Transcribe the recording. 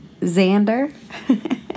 Xander